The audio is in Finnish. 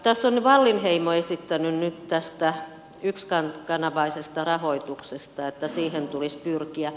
tässä on wallinheimo esittänyt nyt tästä yksikanavaisesta rahoituksesta että siihen tulisi pyrkiä